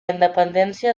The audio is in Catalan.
independència